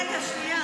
רגע, שנייה.